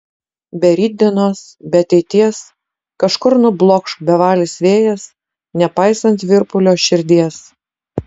be rytdienos be ateities kažkur nublokš bevalis vėjas nepaisant virpulio širdies